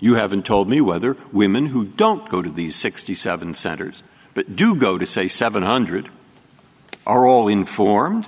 you haven't told me whether women who don't go to these sixty seven centers but do go to say seven hundred are all informed